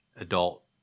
adult